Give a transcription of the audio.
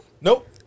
Nope